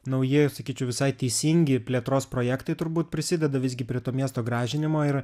nauji sakyčiau visai teisingi plėtros projektai turbūt prisideda visgi prie to miesto gražinimo ir